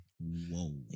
Whoa